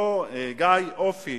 אותו גיא אופי